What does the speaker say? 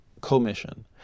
commission